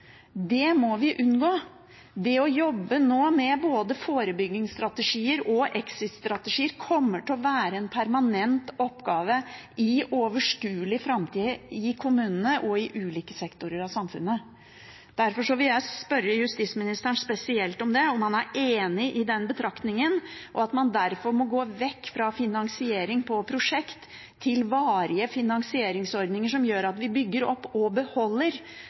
Det må vi nå unngå ved å jobbe med både forebyggingsstrategier og exit-strategier. Det kommer til å være en permanent oppgave i overskuelig framtid i kommunene og i ulike sektorer av samfunnet. Derfor vil jeg spørre justisministeren spesielt om han er enig i den betraktningen, og at man derfor må gå vekk fra finansiering på prosjekt til varige finansieringsordninger som gjør at vi bygger opp og beholder